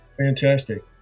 Fantastic